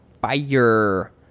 fire